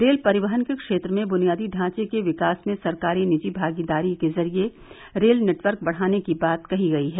rail परिवहन के क्षेत्र में बुनियादी ढ़ाचे के विकास में सरकारी निजी भागीदारी के जरिए रेल नेटवर्क बढ़ाने की बात कही गई है